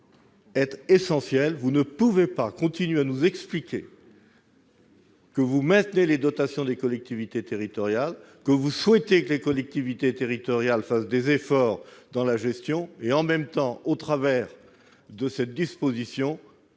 paraît essentiel. Vous ne pouvez pas nous expliquer que vous maintenez les dotations des collectivités territoriales, que vous souhaitez que celles-ci fassent des efforts dans la gestion et, en même temps, au travers de cette disposition,